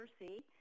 mercy